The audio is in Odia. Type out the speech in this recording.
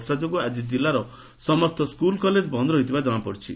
ବର୍ଷା ଯୋଗୁଁ ଆକି ଜିଲ୍ଲାର ସମସ୍ତ ସ୍କୁଲ ବନ୍ଦ ରହିଥିବା ଜଣାପଡ଼ିଛି